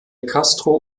castro